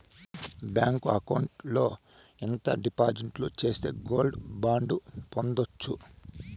Bank account లో ఎంత డిపాజిట్లు సేస్తే గోల్డ్ బాండు పొందొచ్చు?